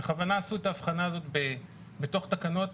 בכוונה עשו את ההבחנה הזאת בתוך תקנות